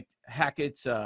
Hackett's